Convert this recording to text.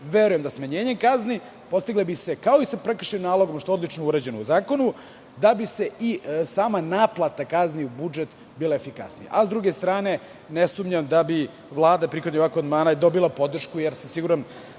Verujem da bi se smanjenjem kazni postiglo, kao i sa prekršajnim nalogom, što je odlično urađeno u zakonu, da i sama naplata kazni u budžet bude efikasnija. Sa druge strane, ne sumnjam da bi Vlada prihvatanjem ovakvog amandmana dobila podršku, jer sam siguran